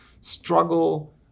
struggle